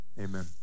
Amen